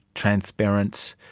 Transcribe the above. transparent,